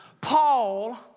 Paul